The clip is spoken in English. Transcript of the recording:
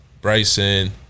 Bryson